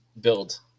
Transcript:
build